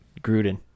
gruden